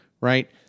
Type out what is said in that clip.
right